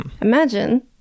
imagine